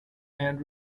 and